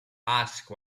asked